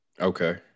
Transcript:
Okay